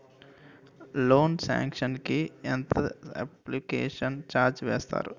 Loan sanction కి ఎంత application charge వేస్తారు?